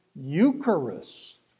Eucharist